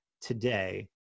today